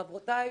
חברותיי,